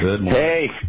Hey